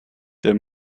der